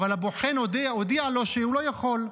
אבל הבוחן הודיע לו שהוא לא יכול,